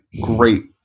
great